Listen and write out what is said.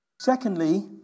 Secondly